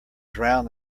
drown